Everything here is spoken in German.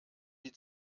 die